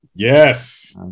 Yes